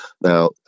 Now